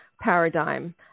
paradigm